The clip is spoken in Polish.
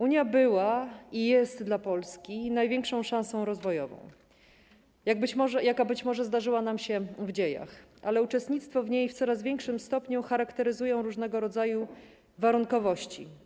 Unia była i jest dla Polski największą szansą rozwojową, jaka być może zdarzyła nam się w dziejach, ale uczestnictwo w niej w coraz większym stopniu charakteryzują różnego rodzaju warunkowości.